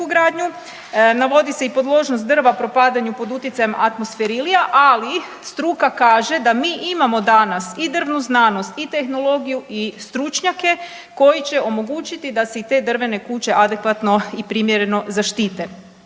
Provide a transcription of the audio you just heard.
Navodi se i podložnost drva propadanju pod utjecajem atmosferilija, ali struka kaže da mi imamo danas i drvnu znanost i tehnologiju i stručnjake koji će omogućiti da se i te drvene kuće adekvatno i primjereno zaštite.